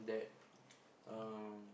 that um